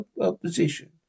opposition